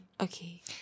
Okay